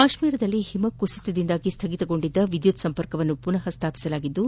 ಕಾತ್ಮೀರದಲ್ಲಿ ಹಿಮ ಕುಸಿತದಿಂದಾಗಿ ಸ್ವಗಿತಗೊಂಡಿದ್ದ ವಿದ್ಯುತ್ ಸಂಪರ್ಕವನ್ನು ಪುನಃ ಸ್ವಾಪಿಸಲಾಗಿದ್ದು